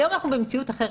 היום אנחנו במציאות אחרת.